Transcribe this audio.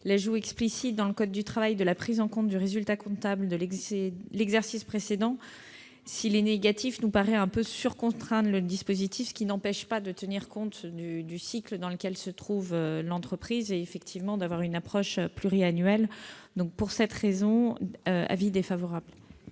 L'ajout explicite dans le code du travail de la prise en compte du résultat comptable de l'exercice précédent, si celui-ci est négatif, nous paraît quelque peu surcontraindre le dispositif, ce qui n'empêche pas de tenir compte du cycle dans lequel se trouve l'entreprise et d'avoir une approche pluriannuelle. L'avis est donc défavorable.